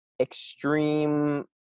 extreme